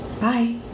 bye